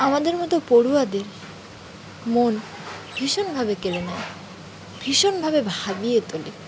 আমাদের মতো পড়ুয়াদের মন ভীষণভাবে কেড়ে নেয় ভীষণভাবে ভাবিয়ে তোলে